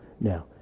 Now